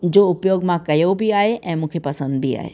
जो उपयोग मां कयो बि आहे ऐं मूंखे पसंदि बि आहे